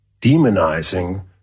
demonizing